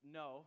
no